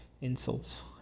insults